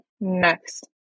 next